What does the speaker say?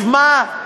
משמע,